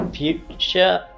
Future